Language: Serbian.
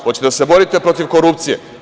Hoćete li da se borite protiv korupcije?